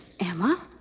Emma